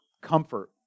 comfort